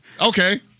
okay